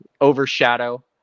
overshadow